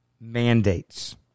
mandates